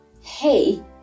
Hey